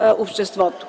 обществото.